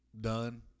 done